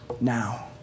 now